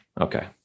okay